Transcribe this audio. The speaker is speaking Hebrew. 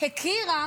הכירה